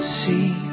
see